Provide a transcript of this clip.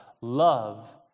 Love